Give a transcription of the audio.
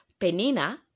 Penina